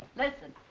listen.